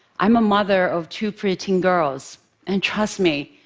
i'm a mother of two preteen girls, and trust me,